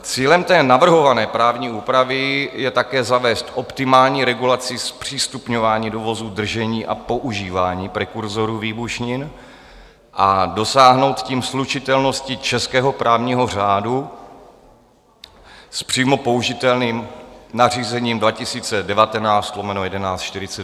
Cílem navrhované právní úpravy je také zavést optimální regulaci zpřístupňování, dovozů, držení a používání prekurzorů výbušnin a dosáhnout tím slučitelnosti českého právního řádu s přímo použitelným nařízením 2019/1148.